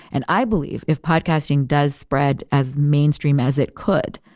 and i believe if podcasting does spread as mainstream as it could,